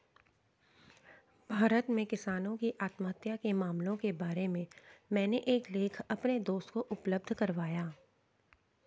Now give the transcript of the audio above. भारत में किसानों की आत्महत्या के मामलों के बारे में मैंने एक लेख अपने दोस्त को उपलब्ध करवाया